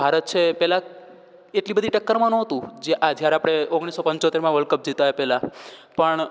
ભારત છે એ પહેલાં એટલી બધી ટક્કરમાં ન હતું જ્યારે આપણે ઓગણીસો પંચોતેરમાં વર્લ્ડ કપ જીત્યાં એ પહેલાં પણ